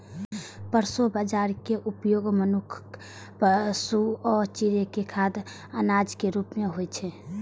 proso बाजाराक उपयोग मनुक्ख, पशु आ चिड़ै के खाद्य अनाजक रूप मे होइ छै